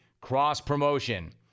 cross-promotion